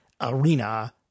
arena